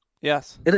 Yes